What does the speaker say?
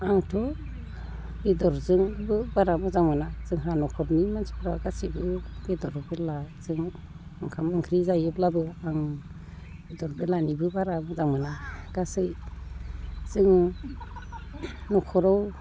आंथ' बेदरजोंबो बारा मोजां मोना जोंहा न'खरनि मानसिफ्रा गासैबो बेदर बेलाजों ओंखाम ओंख्रि जायोब्लाबो आं बेलर बेलानिबो बारा मोजां मोना गासै जोङो न'खराव